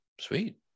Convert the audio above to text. sweet